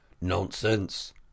nonsense